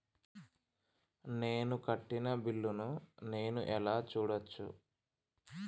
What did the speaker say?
నేను కట్టిన బిల్లు ను నేను ఎలా చూడచ్చు?